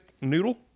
noodle